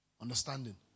Understanding